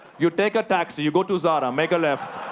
you take a taxi. you go to zara. make a left.